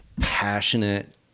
passionate